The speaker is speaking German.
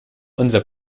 unser